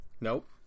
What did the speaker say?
Nope